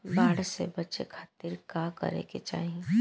बाढ़ से बचे खातिर का करे के चाहीं?